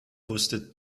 wusste